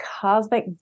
cosmic